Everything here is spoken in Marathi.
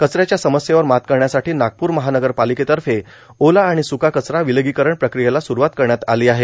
कचऱ्याच्या सम स्येवर मात करण्यासाठी नागपूर महानगरपार्लिकेतफ ओला आर्गाण सुका कचरा र्विलगीकरण प्रक्रियेला सुरुवातकरण्यात आलों आहे